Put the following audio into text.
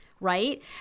right